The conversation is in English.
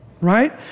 right